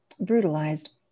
brutalized